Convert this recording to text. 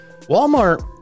Walmart